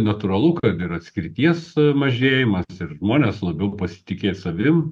natūralu kad ir atskirties mažėjimas ir žmonės labiau pasitikėt savim